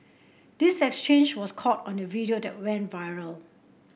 this exchange was caught on a video that went viral